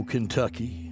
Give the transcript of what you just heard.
Kentucky